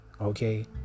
okay